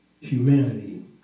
humanity